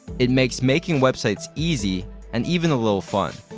it makes making websites easy and even a little fun.